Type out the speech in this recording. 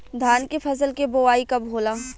धान के फ़सल के बोआई कब होला?